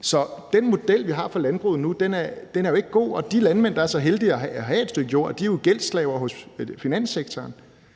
Så den model, vi har for landbruget nu, er jo ikke god, og de landmænd, der er så heldige at have et stykke jord, er jo gældsslaver hos finanssektoren.